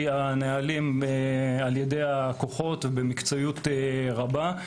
הנהלים על ידי הכוחות במקצועיות רבה.